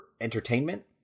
entertainment